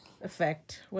effect